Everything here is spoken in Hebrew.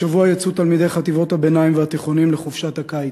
השבוע יצאו תלמידי חטיבות הביניים והתיכונים לחופשת הקיץ.